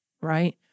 right